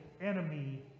enemy